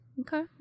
Okay